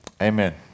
amen